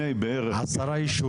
עשרה ישובים?